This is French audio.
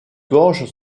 gorges